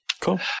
Cool